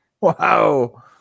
Wow